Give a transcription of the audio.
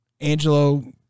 Angelo